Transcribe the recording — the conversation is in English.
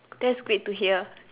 that's great to hear